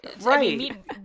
Right